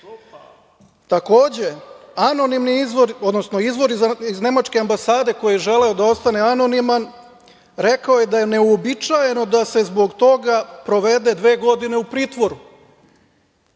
drogom. Takođe, anonimni izvor, odnosno izvor iz nemačke ambasade koji je želeo da ostane anoniman, rekao je da je neuobičajeno da se zbog toga provede dve godine u pritvoru. Na